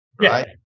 right